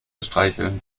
streicheln